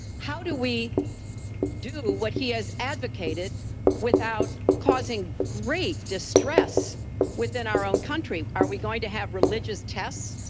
how do we do what he has advocated without causing great distress within our own country? are we going to have religious tests